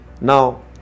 Now